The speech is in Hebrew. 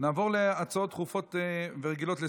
נעבור להצעות דחופות ורגילות לסדר-היום.